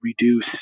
reduce